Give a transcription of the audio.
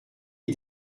est